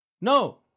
No